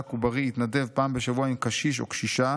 ובריא יתנדב פעם בשבוע עם קשיש או קשישה